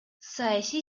саясий